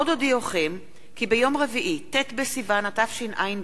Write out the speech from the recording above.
עוד אודיעכם כי ביום רביעי, ט' בסיוון התשע"ב,